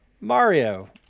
mario